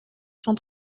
cent